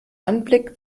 anblick